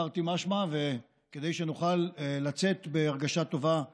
תרתי משמע, וכדי שנוכל לצאת בהרגשה טובה לפגרה,